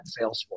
Salesforce